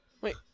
Wait